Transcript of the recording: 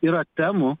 yra temų